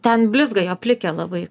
ten blizga jo plikė labai